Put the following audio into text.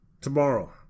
Tomorrow